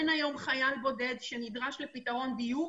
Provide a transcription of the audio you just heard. מה זה חייל בודד במהות שלו,